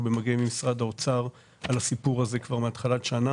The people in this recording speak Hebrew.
אנחנו במגעים עם משרד האוצר על הסיפור הזה כבר מתחילת השנה,